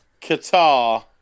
Qatar